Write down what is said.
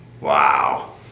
Wow